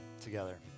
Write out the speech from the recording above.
together